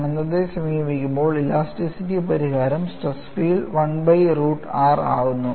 അനന്തതയെ സമീപിക്കുമ്പോൾ ഇലാസ്റ്റിസിറ്റി പരിഹാരം stress field 1 by root r ആകുന്നു